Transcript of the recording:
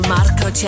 Marco